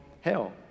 hell